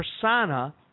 persona